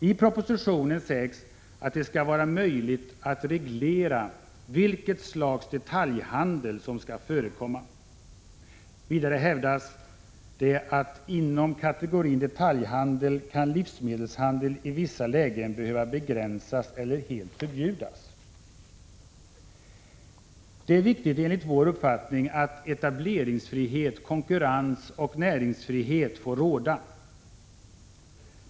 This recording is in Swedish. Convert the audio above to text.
I propositionen sägs att det skall vara möjligt att reglera vilket slags detaljhandel som skall få förekomma. Vidare hävdas det att inom kategorin detaljhandel kan livsmedelshandeln i vissa lägen behöva begränsas eller helt förbjudas. Det är enligt vår uppfattning viktigt att etableringsfrihet, konkurrens och näringsfrihet får råda.